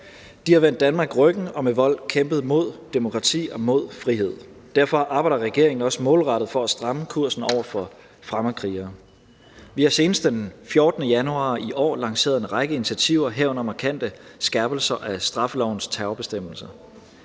De har vendt Danmark ryggen og med vold kæmpet mod demokrati og mod frihed. Derfor arbejder regeringen også målrettet på at stramme kursen over for fremmedkrigere. Vi har senest den 14. januar i år lanceret en række initiativer, herunder markante skærpelser af straffelovens terrorbestemmelser.